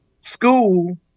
school